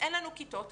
אין לנו כיתות.